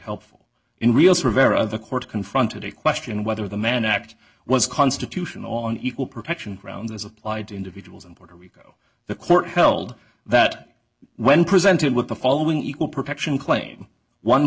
helpful in real survivor of the court confronted a question whether the mann act was constitutional on equal protection ground as applied to individuals in puerto rico the court held that when presented with the following equal protection claim one